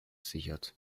sichert